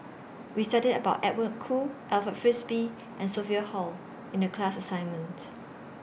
We studied about Edwin Koo Alfred Frisby and Sophia Hull in The class assignment